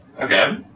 Okay